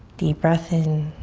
deep breath in,